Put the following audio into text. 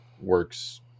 works